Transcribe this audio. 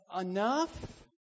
Enough